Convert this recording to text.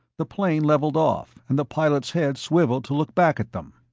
the plane leveled off and the pilot's head swiveled to look back at them.